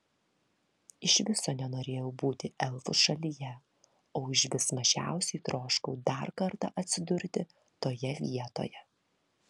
iš viso nenorėjau būti elfų šalyje o užvis mažiausiai troškau dar kartą atsidurti toje vietoje